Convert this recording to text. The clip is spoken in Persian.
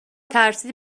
ترسیدی